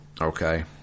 Okay